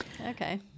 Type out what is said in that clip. okay